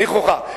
נכוחה.